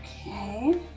Okay